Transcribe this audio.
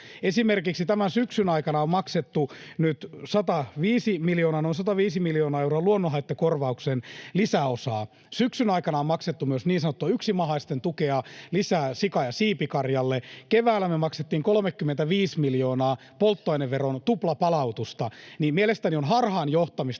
Esimerkiksi nyt tämän syksyn aikana on maksettu noin 105 miljoonaa euroa luonnonhaittakorvauksen lisäosaa, syksyn aikana on maksettu myös niin sanottua yksimahaisten tukea lisää sika‑ ja siipikarjalle, keväällä me maksettiin 35 miljoonaa polttoaineveron tuplapalautusta, joten mielestäni on harhaan johtamista